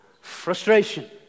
frustration